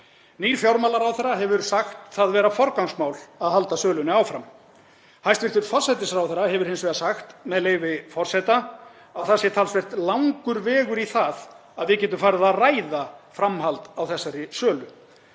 Nýr fjármálaráðherra hefur sagt það vera forgangsmál að halda sölunni áfram. Hæstv. forsætisráðherra hefur hins vegar sagt „að það sé talsvert langur vegur í það að við getum farið að ræða framhald á þessari sölu.“